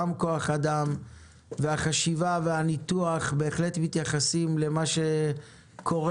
גם כוח אדם והחשיבה והניתוח בהחלט מתייחסים למה שקורה